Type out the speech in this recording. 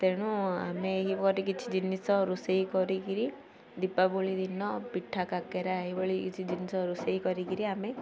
ତେଣୁ ଆମେ ଏହିପରି କିଛି ଜିନିଷ ରୋଷେଇ କରିକିରି ଦୀପାବଳି ଦିନ ପିଠା କାକେରା ଏହିଭଳି କିଛି ଜିନିଷ ରୋଷେଇ କରିକିରି ଆମେ